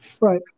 Right